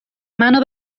منو